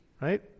right